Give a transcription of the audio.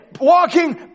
walking